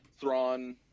Thrawn